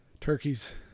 turkeys